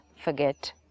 forget